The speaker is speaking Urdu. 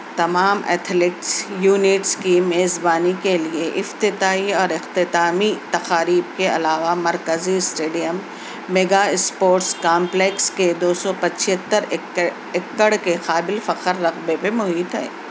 تمام ایتھلیکس یونٹس کی میزبانی کے لیے افتتاحی اور اختتامی تقاریب کے علاوہ مرکزی اسٹیڈیم میگا اسپورٹس کامپلیکس کے دو سو پچہتر ایکڑ کے قابل فخر رقبہ پہ محیط ہے